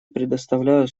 предоставляю